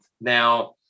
Now